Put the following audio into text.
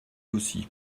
aussi